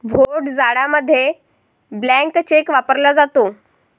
भोट जाडामध्ये blank cheque वापरला जातो